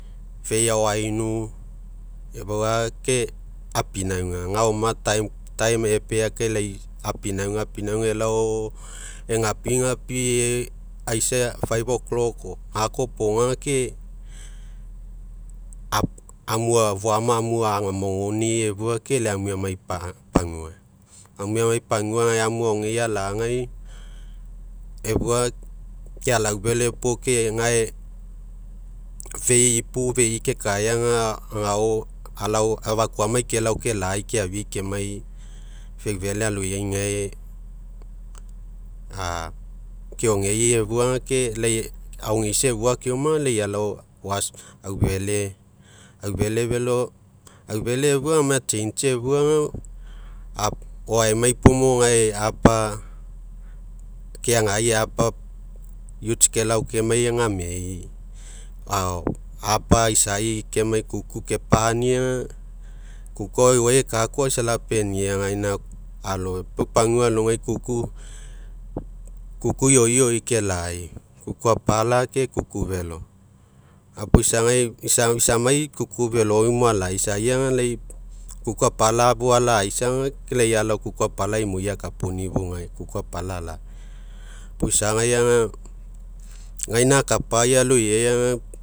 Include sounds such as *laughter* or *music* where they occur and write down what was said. Fei agao ainu, afua ke apinauga, ga'aoma *unintelligible* epea kai lai apinauga, apinauga elao, egapigapi aisa *unintelligible* gakoa opoga ke *hesitation* amu, foama amoguni'i efua ke amue amai pagua, amu aogei'i, alagai, efua ke alaufele puo, ke gae fei, ipu fei'i kekaega agao alao, afakuamai kelao kela'ai'i keafi'i kemai, feufele aloiai gae *hesitation* keogei efua ga ke lai, aogeiso afua keoma ga lai alao *unintelligible* aufele, aufele velo, aufele efua ga amai atsietsi afua ga, *hesitation* o'oaimai puo mo gae apa, keagai apa *unintelligible* kelao kemai ga ame'ei'i, *hesitation* apa aisai, kemai kuku kepa'ani ga, kuku agao euai eka sa lapenia, gaina *hesitation* pau pagua alogai, kuku ioi'ioi ke la'ai'i, kuku apala ke kuku velo. Gapuo isagai *hesitation* isamai kuku velomo ala'a. Gapuo isagai *hesitation* isamai kuku velomo ala'a. Isai ga lai, kuku apala fou ala'aisa ga, lai alao kuku apala imoi akapuni'i fou gai kuku apala ala'a. Fo isagai ga, gaina akapai aloiai ga.